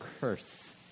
curse